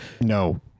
No